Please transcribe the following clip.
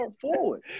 forward